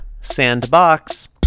sandbox